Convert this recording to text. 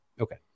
Okay